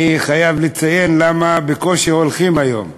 אני חייב לציין למה הולכים בקושי היום.